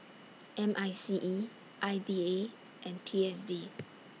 M I C E I D A and P S D